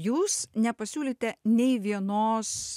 jūs nepasiūlėte nei vienos